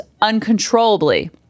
uncontrollably